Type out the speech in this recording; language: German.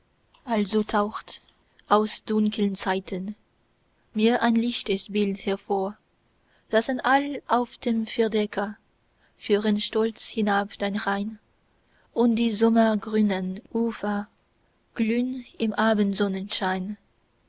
also taucht aus dunkeln zeiten mir ein lichtes bild hervor saßen all auf dem verdecke fuhren stolz hinab den rhein und die sommergrünen ufer glühn im abendsonnenschein